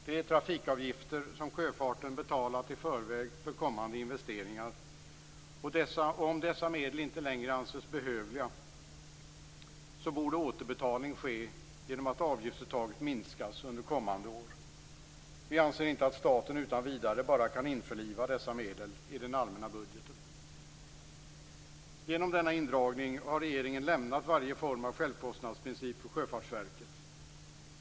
Det är trafikavgifter som sjöfarten betalat i förväg för kommande investeringar. Om dessa medel inte längre anses behövliga så borde återbetalning ske genom att avgiftsuttaget minskas under kommande år. Vi anser inte att staten utan vidare bara kan införliva dessa medel i den allmänna budgeten. Genom denna indragning har regeringen lämnat varje form av självkostnadsprincip för Sjöfartsverket.